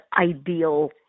ideal